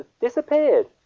disappeared